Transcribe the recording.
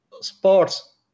sports